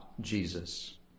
Jesus